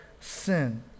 sin